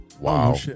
Wow